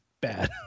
bad